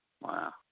Wow